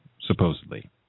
supposedly